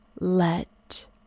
let